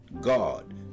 God